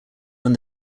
when